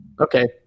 Okay